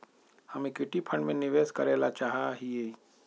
हम equity fund में निवेश करे ला चाहा हीयी